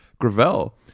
Gravel